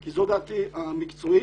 כי זו דעתי המקצועית.